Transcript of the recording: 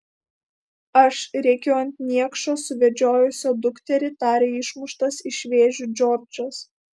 aš rėkiu ant niekšo suvedžiojusio dukterį tarė išmuštas iš vėžių džordžas